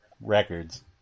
records